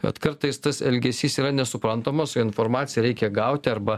bet kartais tas elgesys yra nesuprantamas o informaciją reikia gauti arba